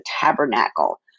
tabernacle